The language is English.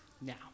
now